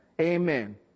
Amen